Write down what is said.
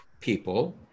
people